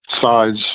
size